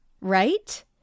right